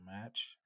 match